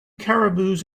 caribous